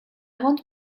want